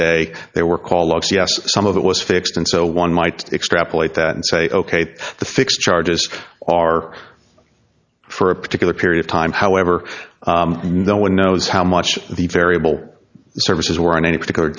day there were call logs yes some of it was fixed and so one might extrapolate that and say ok the fixed charges are for a particular period of time however no one knows how much the variable services were on any particular